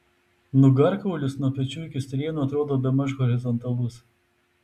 nugarkaulis nuo pečių iki strėnų atrodo bemaž horizontalus